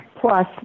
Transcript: Plus